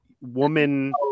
woman